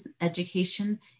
education